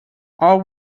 all